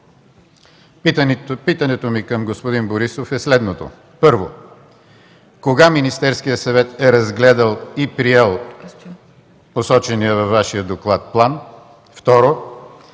Питането ми към господин Борисов е следното: Първо, кога Министерският съвет е разгледал и приел посочения във Вашия доклад план? Второ,